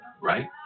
right